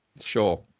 Sure